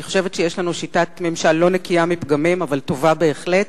אני חושבת שיש לנו שיטת ממשל לא נקייה מפגמים אבל טובה בהחלט,